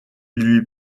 lui